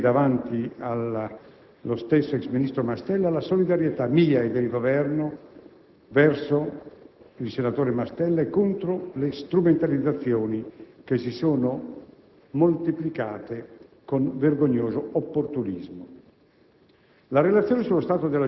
ma è giusto ribadire anche qui davanti allo stesso ex ministro Mastella la solidarietà mia e del Governo verso il senatore Mastella e contro le strumentalizzazioni che si sono moltiplicate con vergognoso opportunismo.